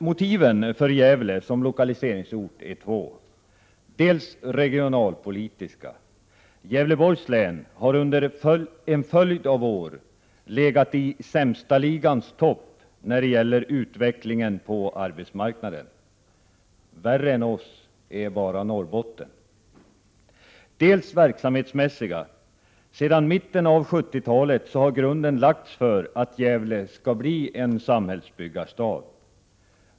Motiven för Gävle som lokaliseringsort är två: Ett motiv är det regionalpolitiska. Gävleborgs län har under en följd av år legat i ”sämsta ligans” topp när det gäller utvecklingen på arbetsmarknaden — värre är det bara i Norrbotten. Ett annat motiv är det verksamhetsmässiga. Sedan mitten av 1970-talet har grunden lagts för att Gävle skall bli en samhällsbyggarstad.